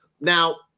Now